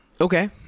okay